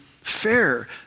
fair